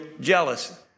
jealous